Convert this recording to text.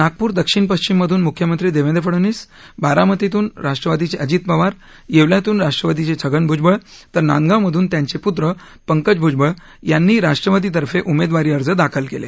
नागपूर दक्षिण पश्चिम मधून मुख्यमंत्री देवेंद्र फडणवीस बारामतीतून राष्ट्रवादीचे अजित पवार येवल्यातून राष्टवादीचे छगन भूजबळ तर नांदगाव मधून त्यांचे पुत्र पंकज भूजबळ यांनी राष्ट्रवादीतर्फे उमेदवारी अर्ज दाखल केले